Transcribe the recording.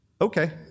okay